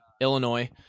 illinois